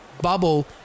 bubble